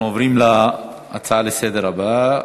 אנחנו עוברים להצעה הבאה,